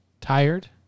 tired